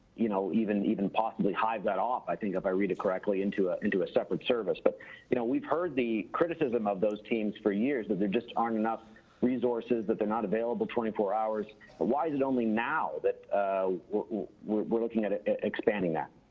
you know even even possibly hive that off i think if i read it correctly into a into a separate service but you know we've heard the criticism of those teams for years that there just aren't enough resources that they're not available twenty four hours ah why is it only now that ah we're we're looking at expanding that.